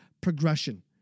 progression